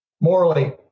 Morally